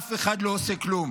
ואף אחד לא עושה כלום.